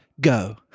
Go